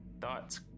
Thoughts